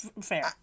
Fair